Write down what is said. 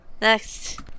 Next